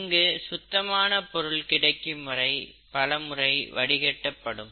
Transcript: இதில் சுத்தமான பொருள் கிடைக்கும்வரை பலமுறை வடிகட்டப்படும்